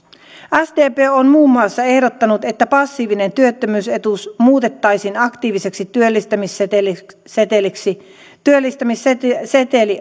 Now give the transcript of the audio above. sdp on muun muassa ehdottanut että passiivinen työttömyysetuus muutettaisiin aktiiviseksi työllistämisseteliksi työllistämisseteli